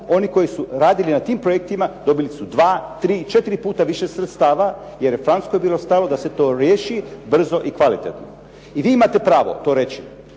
oni koji su radili na tim projektima dobili su dva, tri, četiri puta više sredstava jer je Francuskoj bilo stalo da se to riješi brzo i kvalitetno. I vi imate pravo to reći,